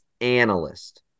analyst